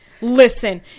listen